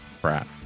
crap